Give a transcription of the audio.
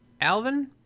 Alvin